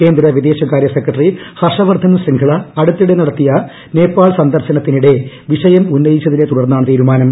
കേന്ദ്ര വിദേശകാരൃ സെക്രട്ടറി ഹർഷവർദ്ധൻ ശൃംഗ്ള അടുത്തിടെ നടത്തിയ നേപ്പാൾ സന്ദർശനത്തിനിടെ വിഷയം ഉന്നയിച്ചതിനെ തുടർന്നാണ് തീരുമാനം